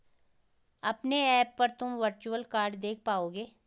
अपने ऐप पर तुम वर्चुअल कार्ड देख पाओगे